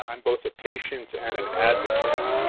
um both a patient and an advocate.